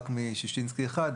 רק מששניסקי אחד,